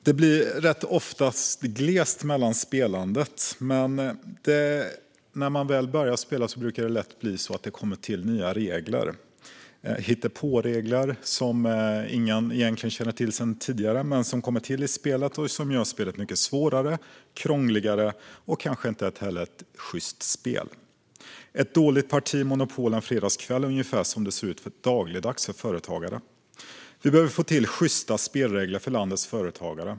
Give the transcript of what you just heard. Det blir ofta glest mellan spelomgångarna, och när man väl börjar spela blir det lätt så att det kommer till nya regler, hittepåregler som ingen kände till sedan tidigare men som kommer till i spelet och gör spelet mycket svårare och krångligare och kanske till ett inte ens sjyst spel. Ett dåligt parti monopol en fredagskväll är ungefär som det ser ut dagligdags för våra företagare. Vi behöver få till sjysta spelregler för landets företagare.